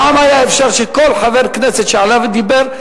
פעם היה אפשר שכל חבר כנסת שעלה ודיבר,